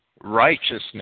righteousness